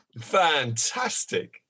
fantastic